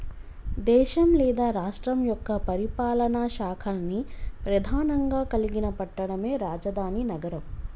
దేశం లేదా రాష్ట్రం యొక్క పరిపాలనా శాఖల్ని ప్రెధానంగా కలిగిన పట్టణమే రాజధాని నగరం